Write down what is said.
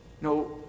No